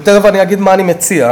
ותכף אגיד מה אני מציע.